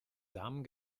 samen